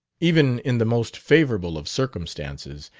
even in the most favorable of circumstances,